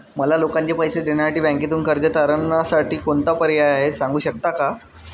मला लोकांचे पैसे देण्यासाठी बँकेतून कर्ज तारणसाठी कोणता पर्याय आहे? सांगू शकता का?